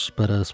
para